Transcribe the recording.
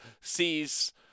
sees